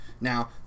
Now